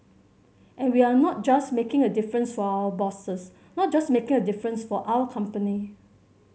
and we are not just making a difference for our bosses not just making a difference for our company